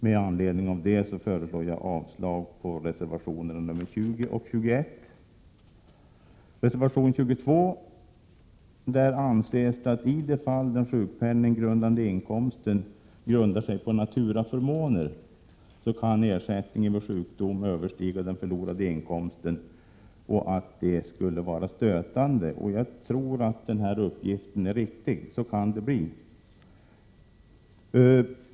Med anledning av det föreslår jag avslag på reservationerna 20 och 21. I reservation 22 sägs att i de fall där den sjukpenninggrundande inkomsten grundar sig på naturaförmåner kan ersättningen vid sjukdom överstiga den förlorade inkomsten och att det skulle vara stötande. Jag tror att den här uppgiften är riktig — så kan det bli.